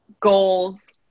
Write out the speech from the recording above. goals